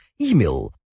email